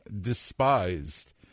despised